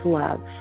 love